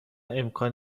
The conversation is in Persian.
امکان